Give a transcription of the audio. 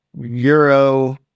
euro